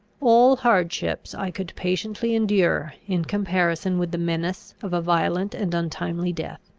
all hardships i could patiently endure, in comparison with the menace of a violent and untimely death.